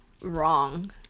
wrong